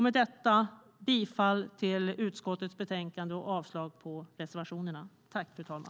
Med detta yrkar jag bifall till utskottets förslag och avslag på reservationerna.